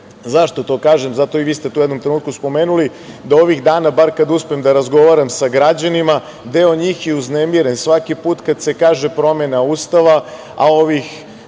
Zašto to kažem? I vi ste u jednom trenutku spomenuli da ovih dana, barem kada uspem da razgovaram sa građanima, deo njih je uznemiren. Svaki put kada se kaže promena Ustava, a ovih